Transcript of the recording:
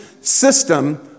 system